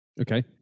Okay